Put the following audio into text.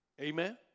Amen